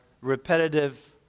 repetitive